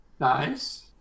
nice